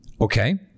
Okay